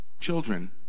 children